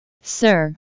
Sir